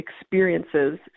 experiences